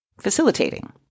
facilitating